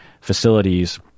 facilities